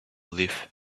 live